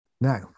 Now